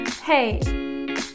Hey